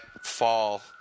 fall